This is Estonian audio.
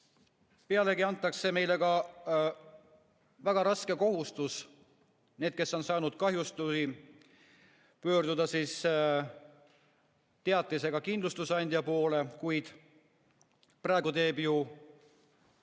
Pealegi antakse meile ka väga raske kohustus. Need, kes on saanud kahjusid, pöördugu teatisega kindlustusandja poole, kuid praegu teeb